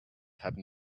happen